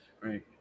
Right